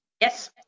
Yes